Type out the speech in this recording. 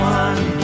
one